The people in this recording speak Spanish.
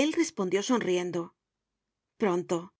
el respondió sonriendo pronto